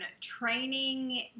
training